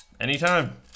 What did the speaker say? Anytime